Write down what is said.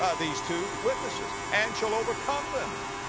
ah these two witnesses. and shall overcome them,